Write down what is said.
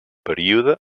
període